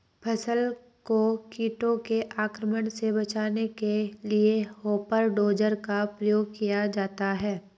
फसल को कीटों के आक्रमण से बचाने के लिए हॉपर डोजर का प्रयोग किया जाता है